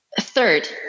Third